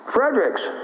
Fredericks